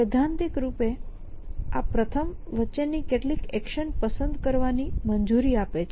સૈદ્ધાંતિક રૂપે આ પ્રથમ વચ્ચેની કેટલીક એક્શન પસંદ કરવાની મંજૂરી આપે છે